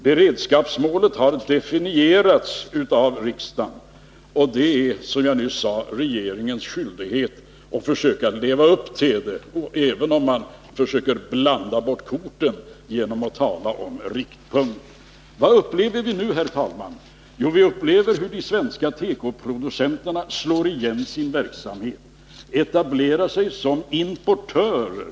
Beredskapsmålet har definierats av riksdagen, och det är, som jag nyss sade, regeringens skyldighet att försöka leva upp till det, även om det görs ansatser att blanda bort korten genom att tala om en riktpunkt. Vad upplever vi nu, herr talman? Jo, vi upplever hur de svenska tekoproducenterna slår igen sin verksamhet och etablerar sig som importörer.